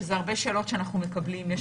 שאלה הרבה שאלות שאנחנו מקבלים יש